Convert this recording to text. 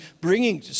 bringing